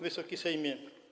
Wysoki Sejmie!